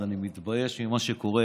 אז אני מתבייש במה שקורה.